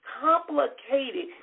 complicated